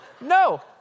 No